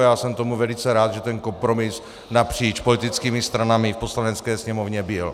A já jsem tomu velice rád, že ten kompromis napříč politickými stranami v Poslanecké sněmovně byl.